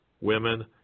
women